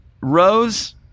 Rose